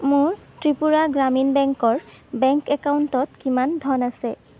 মোৰ ত্ৰিপুৰা গ্ৰামীণ বেংকৰ বেংক একাউণ্টত কিমান ধন আছে